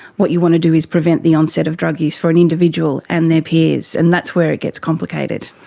what you want to do is prevent the onset of drug use for an individual and their peers, and that's where it gets complicated.